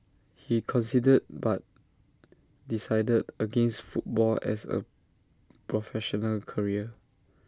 he considered but decided against football as A professional career